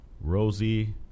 Rosie